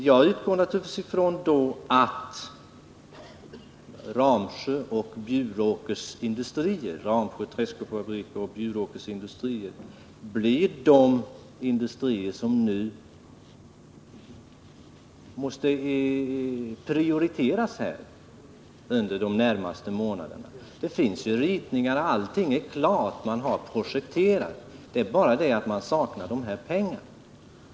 Jag utgår ifrån att Ramsjö träskofabrik och Bjuråkers industrier blir de företag som nu måste prioriteras under de närmaste månaderna. Det finns ju ritningar — allting är klart och projekterat, det bara saknas pengar.